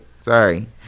sorry